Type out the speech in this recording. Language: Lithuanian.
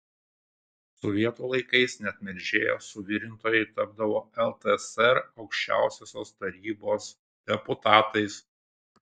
sovietų laikais net melžėjos suvirintojai tapdavo ltsr aukščiausiosios tarybos deputatais